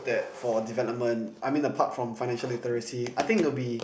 that for development I mean the part from financially literacy I think it will be